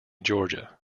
georgia